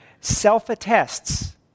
self-attests